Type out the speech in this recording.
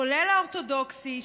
כולל האורתודוקסי.